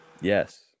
Yes